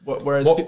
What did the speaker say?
whereas